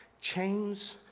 chains